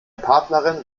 partnerin